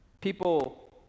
people